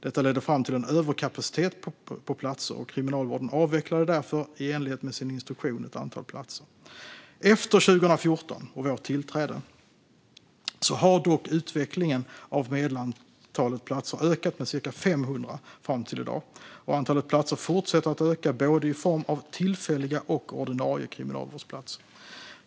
Detta ledde fram till en överkapacitet i fråga om platser. Kriminalvården avvecklade därför, i enlighet med sin instruktion, ett antal platser. Efter 2014 och vårt tillträde har dock medelantalet platser ökat med cirka 500 fram till i dag, och antalet platser i form av både tillfälliga och ordinarie kriminalvårdsplatser fortsätter att öka.